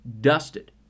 dusted